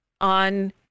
on